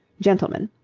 gentlemen.